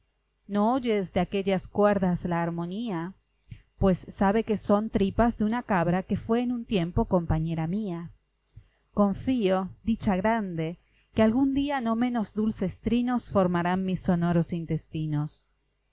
no oyes de aquellas cuerdas la armonía pues sabe que son tripas de una cabra que fué en un tiempo compañera mía confío dicha grande que algún día no menos dulces trinos formarán mis sonoros intestinos